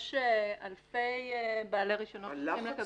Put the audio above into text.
יש אלפי בעלי רישיונות שצריכים לקבל הודעות